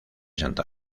santa